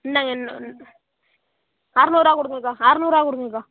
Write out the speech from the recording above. இந்தாங்க இன்னும் அறுநூறுவா கொடுங்கக்கா அறுநூறுவா கொடுங்கக்கா